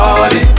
Party